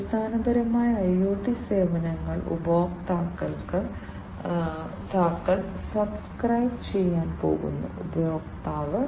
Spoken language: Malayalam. അതുപോലെ ECG EMG EEG എന്നിവ പരമ്പരാഗതവും പരമ്പരാഗതവുമായ വ്യത്യസ്ത സെൻസറുകൾ ഉപയോഗിക്കാം